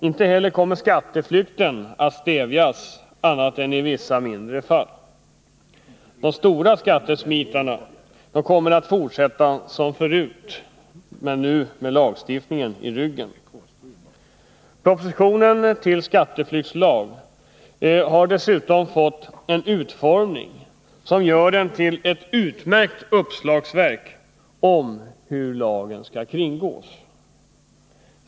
Inte heller kommer skatteflykten att stävjas annat än i vissa mindre fall. De stora skattesmitarna kommer att fortsätta som förut, men nu med lagstiftningen i ryggen. Propositionen till skatteflyktslag har dessutom fått en utformning som gör den till ett utmärkt uppslagsverk om hur lagen skall kringgås.